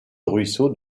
ruisseau